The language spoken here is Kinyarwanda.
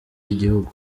igihugu